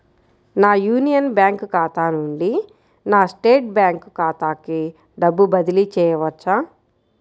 నా union bank ఖాతా నుండి నా స్టేట్ బ్యాంకు ఖాతాకి డబ్బు బదిలి చేయవచ్చా?